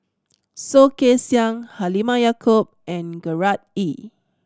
Soh Kay Siang Halimah Yacob and Gerard Ee